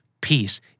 peace